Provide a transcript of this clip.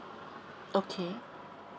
okay